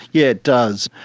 yeah it does.